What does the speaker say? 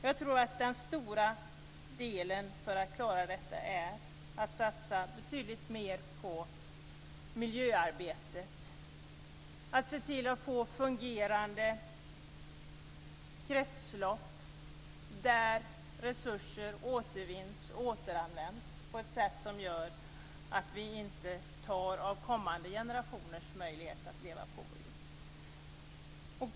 Jag tror att den stora delen för att klara detta är att satsa betydligt mer på miljöarbetet, att se till att få fungerande kretslopp där resurser återvinns och återanvänds på ett sätt som gör att vi inte tar av kommande generationers möjligheter att leva på vår jord.